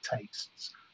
tastes